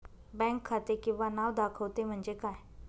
Bank खाते किंवा नाव दाखवते म्हणजे काय?